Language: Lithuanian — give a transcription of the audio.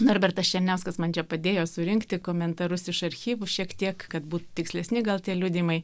norbertas černiauskas man čia padėjo surinkti komentarus iš archyvų šiek tiek kad būt tikslesni gal tie liudijimai